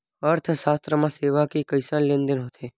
अर्थशास्त्र मा सेवा के कइसे लेनदेन होथे?